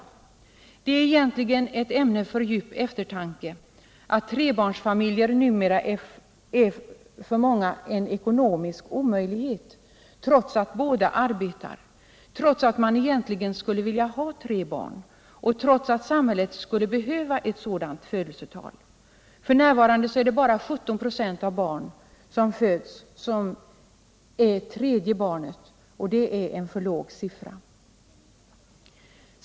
Detta är egentligen ett ämne för djup eftertanke, att en trebarnsfamilj numera för många är en ekonomisk omöjlighet, trots att båda föräldrarna arbetar, trots att man egentligen skulle vilja ha tre barn och trots att samhället skulle behöva ett sådant födelsetal. F. n. är det bara 17 96 av alla barn som är tredje barnet i en familj, och det är en för låg siffra.